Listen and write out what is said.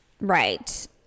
Right